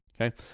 Okay